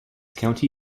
county